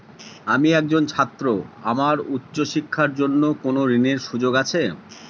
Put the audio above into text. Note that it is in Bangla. আমি একজন ছাত্র আমার উচ্চ শিক্ষার জন্য কোন ঋণের সুযোগ আছে?